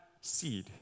seed